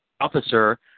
officer